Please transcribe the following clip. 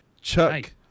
chuck